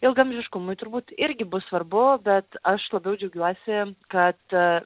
ilgaamžiškumui tai turbūt irgi bus svarbu bet aš labiau džiaugiuosi kad